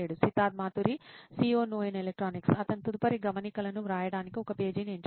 Siddharth Maturi CEO నోయిన్ electronics అతని తదుపరి గమనికలను వ్రాయడానికి ఒక పేజీని ఎంచుకోవడం